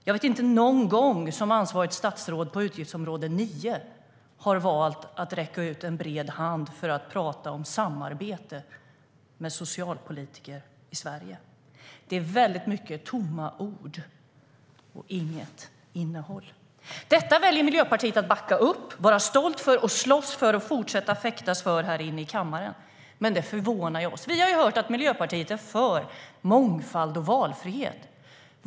Jag vet inte någon gång som ansvarigt statsråd på utgiftsområde 9 har valt att räcka ut en bred hand för att prata om samarbete med socialpolitiker i Sverige. Det är väldigt mycket tomma ord och inget innehåll. Detta väljer Miljöpartiet att backa upp, vara stolt över, slåss för och fortsätta att fäktas för här inne i kammaren. Men det förvånar oss, för vi har ju hört att Miljöpartiet är för mångfald och valfrihet.